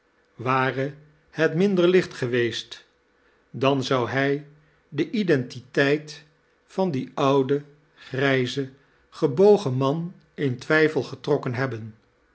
ware het minder licht geweest dan zou hij de identiteit van dien ouden grijzen gebogen man in twijfel getrokken hebben